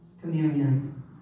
communion